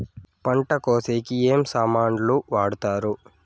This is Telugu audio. పంట కోసేకి ఏమి సామాన్లు వాడుతారు?